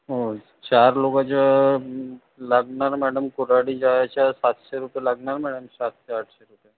हो चार लोकाचं लागणार मॅडम कोराडी जायचा सातशे रुपये लागणार मॅडम सातशे आठशे